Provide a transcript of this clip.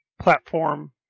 platform